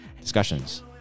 discussions